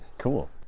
Cool